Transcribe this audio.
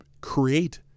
create